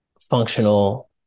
functional